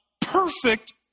perfect